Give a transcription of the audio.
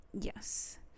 Yes